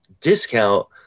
discount